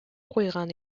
куйган